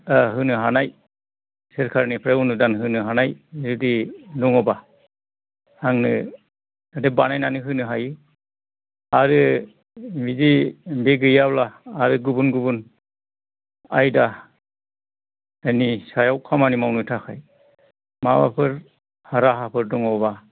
होनो हानाय सोरकारनिफ्राय अनुदान होनो हानाय बेबायदि दङबा आंनो बिदि बानायनानै होनो हायो आरो बिदि गैयाब्ला आरो गुबुन गुबुन आयदानि सायाव खामानि मावनो थाखाय माबाफोर राहाफोर दङबा